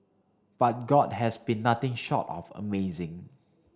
but God has been nothing short of amazing